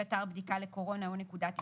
אתר בדיקה לקורונה או נקודת איסוף,